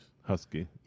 husky